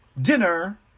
dinner